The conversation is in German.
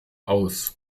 aus